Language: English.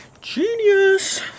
Genius